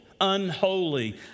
unholy